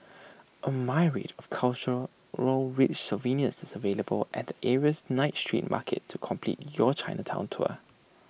A myriad of cultural rich souvenirs is available at the area's night street market to complete your Chinatown tour